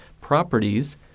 properties